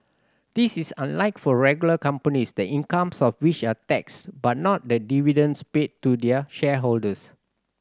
this is unlike for regular companies the incomes of which are taxed but not the dividends paid to their shareholders